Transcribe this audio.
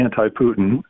anti-Putin